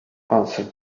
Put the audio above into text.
answered